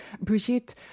Brigitte